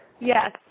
Yes